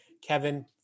Kevin